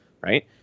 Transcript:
right